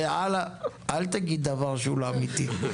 עלאא, אל תגיד דבר שהוא לא אמיתי.